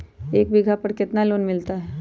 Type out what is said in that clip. एक बीघा पर कितना लोन मिलता है?